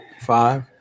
five